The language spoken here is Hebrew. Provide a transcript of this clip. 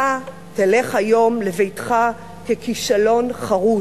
אתה תלך היום לביתך ככישלון חרוץ,